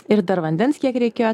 ir dar vandens kiek reikėjo